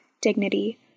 dignity